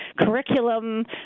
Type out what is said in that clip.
curriculum